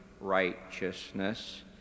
righteousness